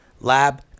lab